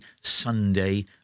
Sunday